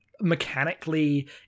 mechanically